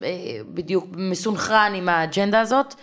בדיוק מסונכן עם האג'נדה הזאת.